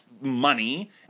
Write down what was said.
money